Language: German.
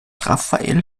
rafael